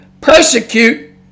persecute